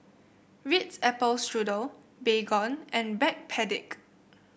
Ritz Apple Strudel Baygon and Backpedic